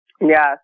yes